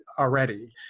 Already